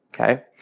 Okay